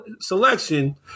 selection